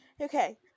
Okay